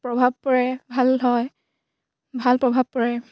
প্ৰভাৱ পৰে ভাল হয় ভাল প্ৰভাৱ পৰে